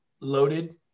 loaded